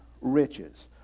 riches